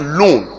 loan